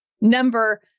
number